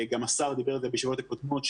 גם השר דיבר על זה בישיבות הקודמות,